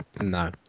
No